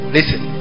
Listen